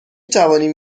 توانیم